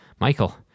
Michael